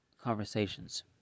conversations